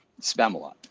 Spamalot